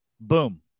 boom